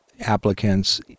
applicants